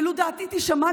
ולו דעתי תישמע,